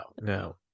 no